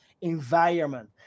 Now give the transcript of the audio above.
environment